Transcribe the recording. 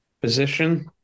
position